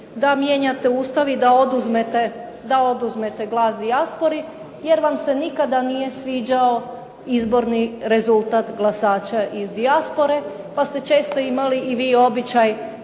da mijenjate Ustav i da oduzmete glas dijaspori jer vam se nikada nije sviđao izborni rezultat glasača iz dijaspore pa ste često imali i vi običaj